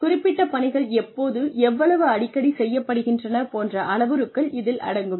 குறிப்பிட்ட பணிகள் எப்போது எவ்வளவு அடிக்கடி செய்யப்படுகின்றன போன்ற அளவுருக்கள் இதில் அடங்கும்